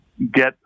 get